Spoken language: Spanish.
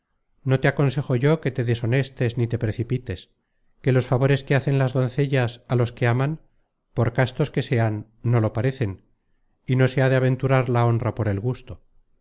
no te aconsejo yo que te deshonestes ni te precipites que los favores que hacen las doncellas á los que aman por castos que sean no lo parecen y no se ha de aventurar la honra por el gusto